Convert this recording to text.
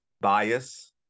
bias